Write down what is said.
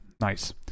Nice